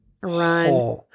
Run